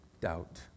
doubt